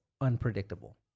unpredictable